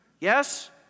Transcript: Yes